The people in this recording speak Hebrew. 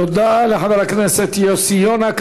תודה לחבר הכנסת יוסי יונה.